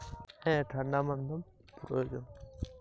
আলু পরিবহনে কি ঠাণ্ডা মাধ্যম প্রয়োজন?